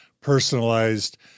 personalized